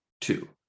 two